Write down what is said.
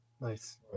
nice